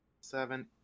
seven